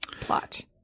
plot